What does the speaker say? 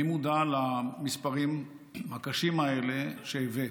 אני מודע למספרים הקשים האלה שהבאת.